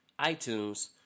iTunes